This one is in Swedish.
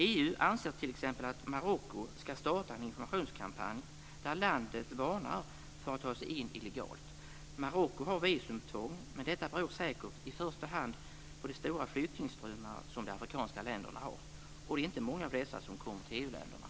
EU anser t.ex. att Marocko ska starta en informationskampanj där landet varnar för att ta sig in illegalt. Marocko har visumtvång, men detta beror säkert i första hand på de stora flyktingströmmar som de afrikanska länderna har. Och det är inte många av dessa som kommer till EU-länderna.